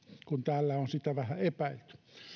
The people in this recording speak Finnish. kun täällä on sitä vähän epäilty